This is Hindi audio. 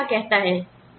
कानून क्या कहता है